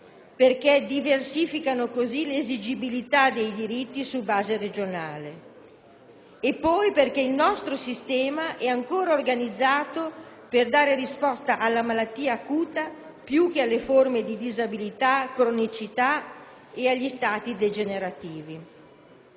perché diversificano così l'esigibilità dei diritti su base regionale; infine perché il nostro sistema è ancora organizzato per dare risposta alla malattia acuta più che alle forme di disabilità, cronicità e agli stadi degenerativi.